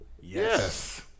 Yes